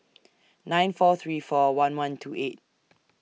nine four three four one one two eight